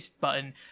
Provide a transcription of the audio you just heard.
button